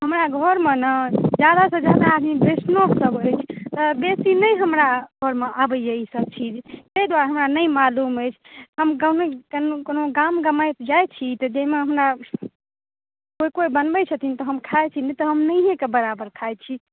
हमरा घरमे ने जादा से जादा आदमी वैष्णव सब अछि तऽ बेसी नहि हमरा घरमे आबैए इसब चीज ताहि दुआरे हमरा नहि मालूम अछि हम गाँव कनि कोनो गाँव गमाइत जाइ छी तऽ ताहिमे हमरा कोइ कोइ बनबै छथिन तऽ हम खाए छी नहि तऽ हम नहियेके बराबर खाय छी